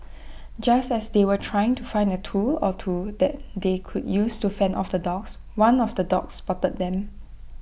just as they were trying to find A tool or two that they could use to fend off the dogs one of the dogs spotted them